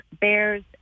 bears